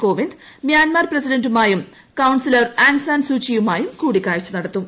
Kovind Myanmar പ്രസിഡന്റുമായും counsellor Aung San സൂചിയുമായും കൂടിക്കാഴ്ച നടത്തും